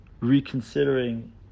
reconsidering